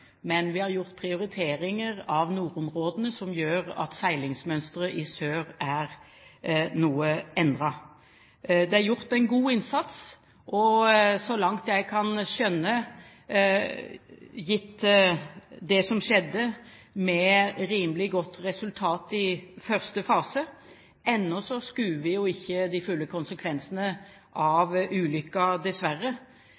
men vi har gjort prioriteringer av nordområdene som gjør at seilingsmønsteret i sør er noe endret. Det er gjort en god innsats og så langt jeg kan skjønne, gitt det som skjedde, med rimelig godt resultat i første fase. Ennå skuer vi ikke de fulle konsekvensene